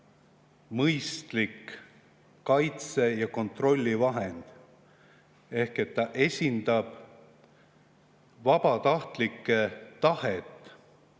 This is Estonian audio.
mõistlik kaitse‑ ja kontrollivahend. Ta esindab vabatahtlike tahet